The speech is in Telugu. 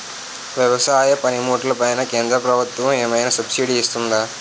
వ్యవసాయ పనిముట్లు పైన కేంద్రప్రభుత్వం ఏమైనా సబ్సిడీ ఇస్తుందా?